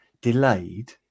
delayed